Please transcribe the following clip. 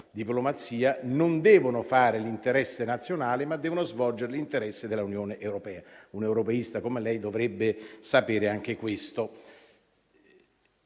diplomazia non devono fare l'interesse nazionale, ma devono svolgere l'interesse dell'Unione europea. Un europeista come lei dovrebbe sapere anche questo.